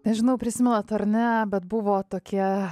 nežinau prisimenat ar ne bet buvo tokie